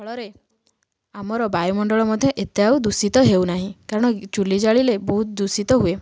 ଫଳରେ ଆମର ବାୟୁମଣ୍ଡଳ ମଧ୍ୟ ଏତେ ଆଉ ଦୂଷିତ ହେଉନାହିଁ କାରଣ ଚୁଲି ଜାଳିଲେ ବହୁତ ଦୂଷିତ ହୁଏ